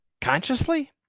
consciously